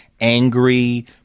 angry